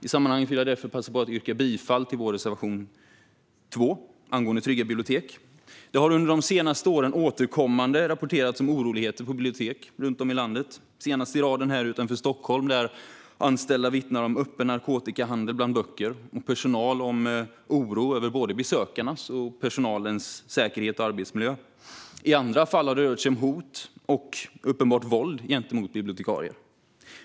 I sammanhanget vill jag därför passa på att yrka bifall till vår reservation 2 angående trygga bibliotek. Det har under de senaste åren återkommande rapporterats om oroligheter på bibliotek runt om i landet, senast i raden här utanför Stockholm. Anställda där vittnar om öppen narkotikahandel bland böcker och om deras oro över både besökarnas och personalens säkerhet och personalens arbetsmiljö. I andra fall har det rört sig om hot och uppenbart våld mot bibliotekarier.